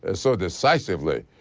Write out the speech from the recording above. ah so the size of late.